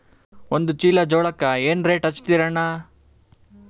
ಒಂದ ಚೀಲಾ ಜೋಳಕ್ಕ ಏನ ರೇಟ್ ಹಚ್ಚತೀರಿ ಅಣ್ಣಾ?